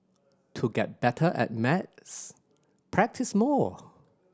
to get better at maths practise more